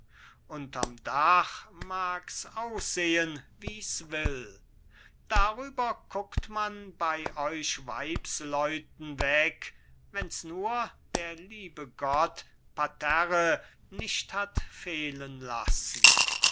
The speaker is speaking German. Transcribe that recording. unterm dach mag's aussehen wie's will darüber guckt man bei euch weibsleuten weg wenn's nur der liebe gott parterre nicht hat fehlen lassen stöbert